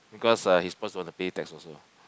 because uh his boss don't want to pay tax also